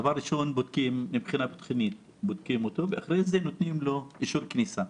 דבר ראשון בודקים אותו מבחינה ביטחונית ואחר כך נותנים לו אישור כניסה.